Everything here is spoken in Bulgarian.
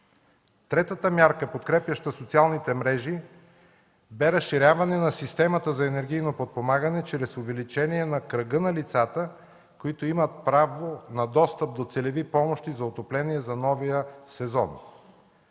Третата мярка, подкрепяща социалните мрежи, бе разширяване на системата за енергийно подпомагане чрез увеличение на кръга на лицата, които имат право на достъп до целеви помощи за отопление за новия сезон.